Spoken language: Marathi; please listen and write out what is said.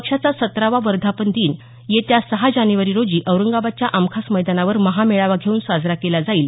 पक्षाचा सतरावा वर्धापन दिन येत्या सहा जानेवारी रोजी औरंगाबादच्या आमखास मैदानावर महामेळावा घेऊन साजरा केला जाईल